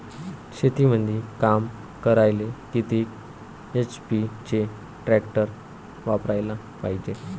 शेतीमंदी काम करायले किती एच.पी चे ट्रॅक्टर वापरायले पायजे?